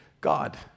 god